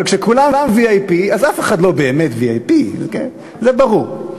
אבל כשכולם VIP, אז אף אחד לא באמת VIP. זה ברור.